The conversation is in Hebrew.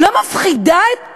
לא מפחידה את